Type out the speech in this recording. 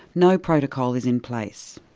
no protocol is in place.